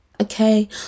okay